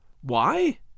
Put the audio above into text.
Why